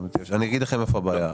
אני אגיד לכם איפה הבעיה.